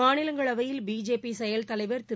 மாநிலங்களவையில் பிஜேபி செயல் தலைவர் திரு